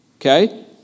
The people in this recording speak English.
okay